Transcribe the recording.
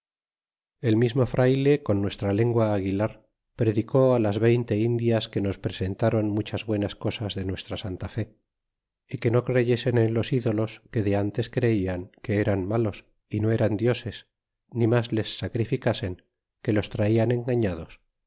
el mismo frayle con nuestra lengua aguilar predicó á las veinte indias que nos presentaron muchas buenas cosas de nuestra santa fe y que no creyesen en los ídolos que de antes creían que eran malos y no eran dioses ni mas les sacrificasen que los traian engafiados